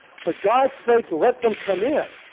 for god's sake, let them come in!